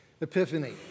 Epiphany